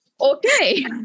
okay